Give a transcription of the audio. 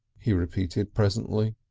he repeated presently.